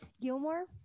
Gilmore